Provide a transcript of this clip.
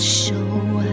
show